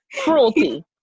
Cruelty